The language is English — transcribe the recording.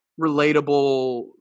relatable